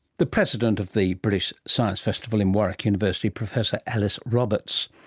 the president of the british science festival in warwick university, professor alice roberts.